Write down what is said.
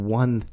one